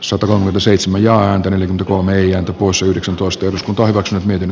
sotavamma seitsemän ja on todellinen pohja pois yhdeksän posti uskontoa hyväkseen miten